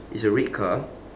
it's a red car